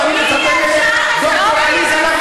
ראינו מה קרה